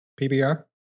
PBR